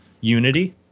unity